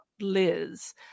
Liz